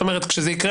כשזה יקרה,